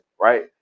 right